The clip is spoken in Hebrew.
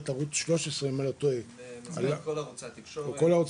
ערוץ 13. במסגרת כל ערוצי התקשורת,